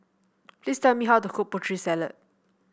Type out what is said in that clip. please tell me how to cook Putri Salad